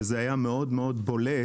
וזה היה מאוד מאוד בולט,